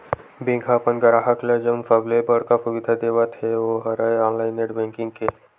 bank ह अपन गराहक ल जउन सबले बड़का सुबिधा देवत हे ओ हरय ऑनलाईन नेट बेंकिंग के